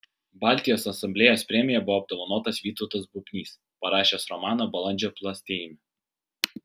baltijos asamblėjos premija buvo apdovanotas vytautas bubnys parašęs romaną balandžio plastėjime